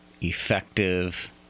effective